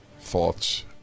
thoughts